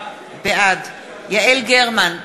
בעד יעל גרמן,